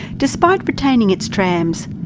despite retaining its trams,